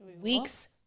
Weeks